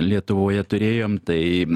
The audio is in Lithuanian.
lietuvoje turėjom tai